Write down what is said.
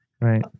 Right